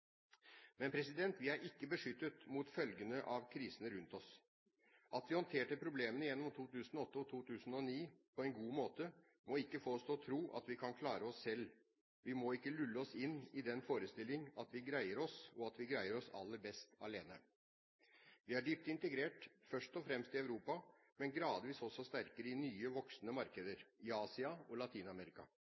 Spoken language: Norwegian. Men vi er ikke beskyttet mot følgene av krisene rundt oss. At vi håndterte problemene gjennom 2008–2009 på en god måte, må ikke få oss til å tro at vi kan klare oss sjøl. Vi må ikke lulle oss inn i den forestilling at vi greier oss – og at vi greier oss aller best alene. Vi er dypt integrert, først og fremst i Europa, men gradvis også sterkere i nye, voksende markeder; i Asia og